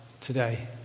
today